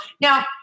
Now